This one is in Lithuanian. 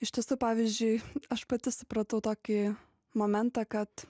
iš tiesų pavyzdžiui aš pati supratau tokį momentą kad